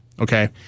okay